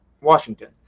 Washington